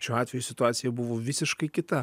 šiuo atveju situacija buvo visiškai kita